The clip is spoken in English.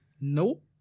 Nope